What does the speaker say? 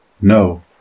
No